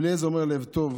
רבי אלעזר אומר, לב טוב.